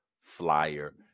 flyer